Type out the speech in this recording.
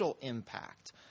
impact